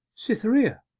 cytherea!